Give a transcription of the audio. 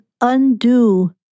undo